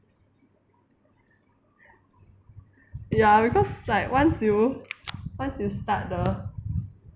ya because like once you once you start the